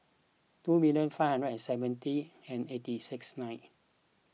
two million five hundred and seventy and eighty six nine